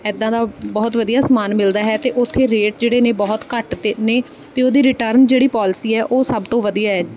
ਇੱਦਾਂ ਦਾ ਬਹੁਤ ਵਧੀਆ ਸਮਾਨ ਮਿਲਦਾ ਹੈ ਅਤੇ ਉੱਥੇ ਰੇਟ ਜਿਹੜੇ ਨੇ ਬਹੁਤ ਘੱਟ ਨੇ ਅਤੇ ਉਹਦੀ ਰਿਟਰਨ ਜਿਹੜੀ ਪੋਲਸੀ ਹੈ ਉਹ ਸਭ ਤੋਂ ਵਧੀਆ ਹੈ